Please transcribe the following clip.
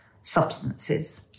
substances